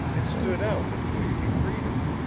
it stood out in wavy freedom.